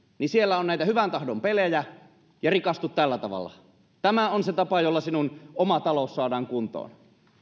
siellä on näitä hyvän tahdon pelejä rikastu tällä tavalla tämä on se tapa jolla sinun oma taloutesi saadaan kuntoon